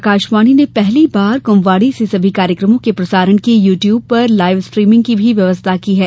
आकाशवाणी ने पहली बार कृम्भवाणी से सभी कार्यक्रमों के प्रसारण की यू ट्यूब पेर लाइव स्ट्रीमिंग की भी व्यवस्था की है